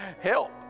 Help